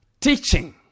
teaching